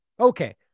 Okay